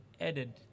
added